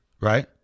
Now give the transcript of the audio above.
right